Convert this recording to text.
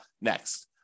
next